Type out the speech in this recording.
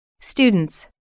Students